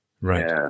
Right